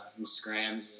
Instagram